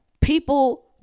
people